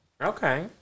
Okay